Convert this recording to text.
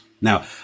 Now